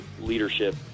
leadership